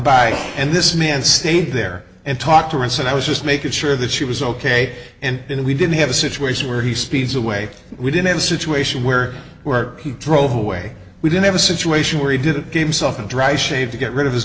by and this man stayed there and talk to her and said i was just making sure that she was ok and you know we didn't have a situation where he speeds away we didn't have a situation where work he drove away we didn't have a situation where he didn't give yourself a dry shave to get rid of his